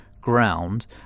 ground